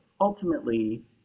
ultimately